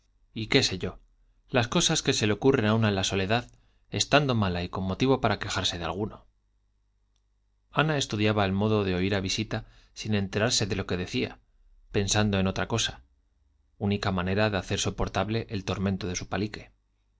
y qué sé yo las cosas que se le ocurren a una en la soledad estando mala y con motivo para quejarse de alguno ana estudiaba el modo de oír a visita sin enterarse de lo que decía pensando en otra cosa única manera de hacer soportable el tormento de su palique